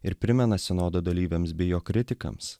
ir primena sinodo dalyviams bei jo kritikams